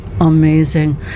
amazing